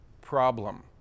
Problem